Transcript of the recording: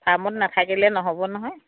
ফাৰ্মত নাথাকিলে নহ'ব নহয়